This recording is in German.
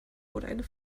oder